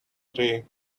three